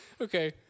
Okay